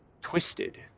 twisted